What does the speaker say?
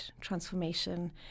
transformation